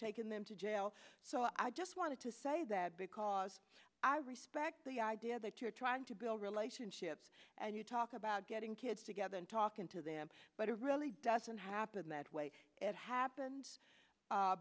taking them to jail so i just wanted to say that because i respect the idea that you're trying to build relationships and you talk about getting kids together and talking to them but it really doesn't happen that way it happened